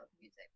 music